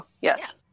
yes